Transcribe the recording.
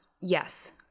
yes